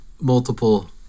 multiple